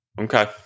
Okay